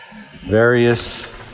Various